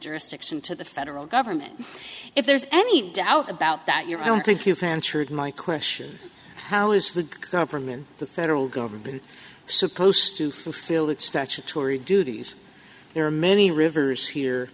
jurisdiction to the federal government if there's any doubt about that you're i don't think you've answered my question how is the government the federal government supposed to fulfill that statutory duties there are many rivers here